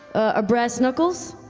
ah brass knuckles.